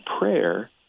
prayer